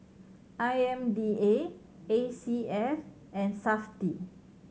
I M D A A C S and Safti